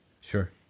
Sure